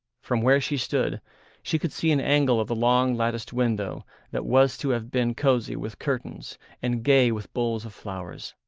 from where she stood she could see an angle of the long latticed window that was to have been cosy with curtains and gay with bowls of flowers.